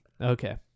Okay